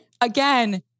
again